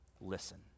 listen